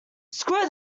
screw